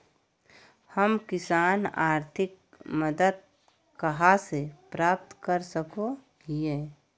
हम किसान आर्थिक मदत कहा से प्राप्त कर सको हियय?